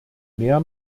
mehr